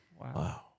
Wow